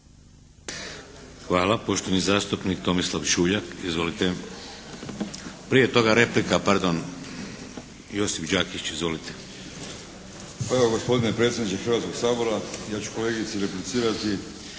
Hvala. Poštovani zastupnik Tomislav Čuljak. Izvolite. Prije toga replika, pardon, Josip Đakić. Izvolite. **Đakić, Josip (HDZ)** Pa evo gospodine predsjedniče Hrvatskog sabora, ja ću kolegici replicirati